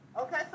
Okay